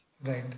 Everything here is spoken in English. Right